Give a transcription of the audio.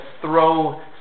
throw